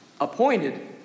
appointed